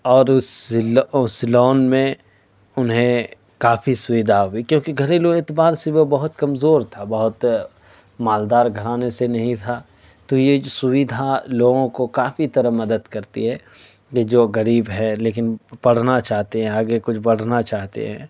اور اس لو اس لون میں انہیں کافی سودھا ہوئی کیونکہ گھریلو اعتبار سے وہ بہت کمزور تھا بہت مالدار گھرانے سے نہیں تھا تو یہ سودھا لوگوں کو کافی طرح مدد کرتی ہے کہ جو غریب ہے لیکن پڑھنا چاہتے ہیں آگے کچھ بڑھنا چاہتے ہیں